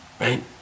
right